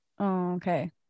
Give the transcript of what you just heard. Okay